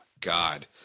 God